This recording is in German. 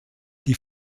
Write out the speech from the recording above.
die